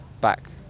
back